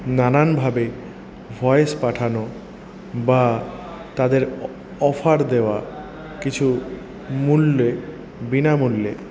নানানভাবে ভয়েস পাঠানো বা তাদের অফার দেওয়া কিছু মূল্যে বিনামূল্যে